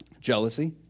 Jealousy